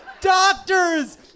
Doctors